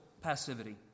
passivity